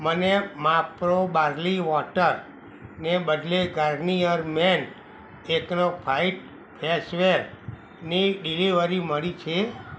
મને માપ્રો બાર્લી વોટરને બદલે ગાર્નીયર મેન એકનો ફાઈટ ફેસવેરની ડિલિવરી મળી છે